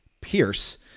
Pierce